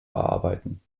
erarbeiten